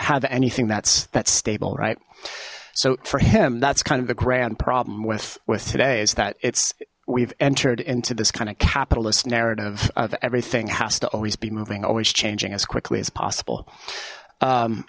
have anything that's that's stable right so for him that's kind of the grand problem with with today is that it's we've entered into this kind of capitalist narrative of everything has to always be moving always changing as quickly as possible